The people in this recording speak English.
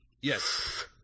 Yes